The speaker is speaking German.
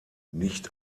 nicht